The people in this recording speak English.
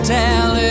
tell